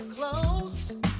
Close